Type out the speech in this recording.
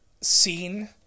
scene